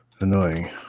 annoying